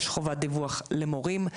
יש חובת דיווח למורים,